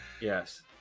Yes